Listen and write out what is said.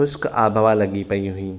खु़श्क आबहवा लॻी पेई हुई